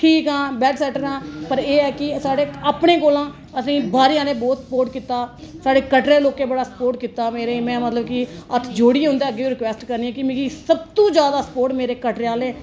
ठीक हां well settle हां पर ऐ है कि साढ़े अपने कोला असेंगी बाहरे आहले बहूत स्पोट किता साडे कटरे दे लोके बडा स्पोर्ट कीता मेरे गी में मतलब कि हत्थ जोड़ियै उंदा अग्गै बी रिकवेस्ट करनी आं कि मिगी सब तू ज्यादा स्पोर्ट मेरे कटरे आहले